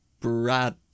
Brad